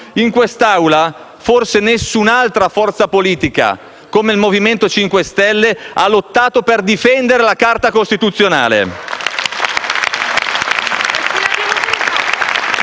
In quest'Aula forse nessun'altra forza politica come il Movimento 5 Stelle ha lottato per difendere la Carta costituzionale.